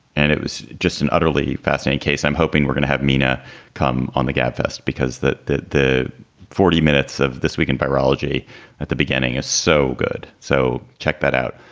and it was just an utterly fascinating case, i'm hoping we're going to have mina come on the gabfest because that the forty minutes of this week in virology at the beginning is so good. so check that out.